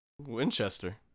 Winchester